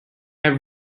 have